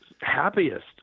Happiest